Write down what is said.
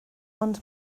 ond